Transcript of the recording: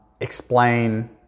explain